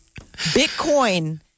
Bitcoin